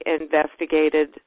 investigated